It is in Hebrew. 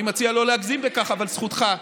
אני מציע לא להגזים בכך, אבל זכותך.